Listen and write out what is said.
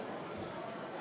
נכון.